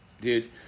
dude